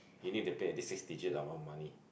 you need to pay at least six digit of a money